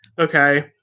Okay